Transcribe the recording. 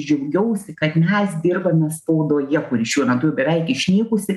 džiaugiausi kad mes dirbame spaudoje kuri šiuo metu beveik išnykusi